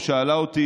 או שאלה אותי,